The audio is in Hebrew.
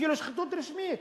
אפילו שחיתות רשמית,